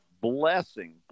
blessing